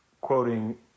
quoting